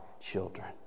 children